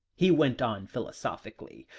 he went on philosophically,